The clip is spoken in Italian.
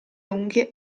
unghie